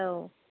औ